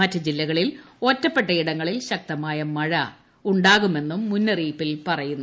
മറ്റു ജില്ലകളിൽ ഒറ്റപ്പെട്ട ഇടങ്ങളിൽ ശക്തമായ മഴ ലഭിക്കുമെന്നും മുന്നറിയിപ്പിൽ പറയുന്നു